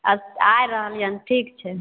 आब आय रहलियनि ठीक छै